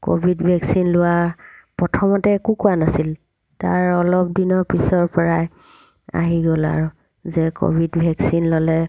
Covid vaccine লোৱা প্ৰথমতে একো কোৱা নাছিল তাৰ অলপ দিনৰ পিছৰ পৰাই আহি গ'ল আৰু যে ক'ভিড ভেকচিন ল'লে